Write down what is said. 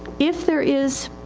if there is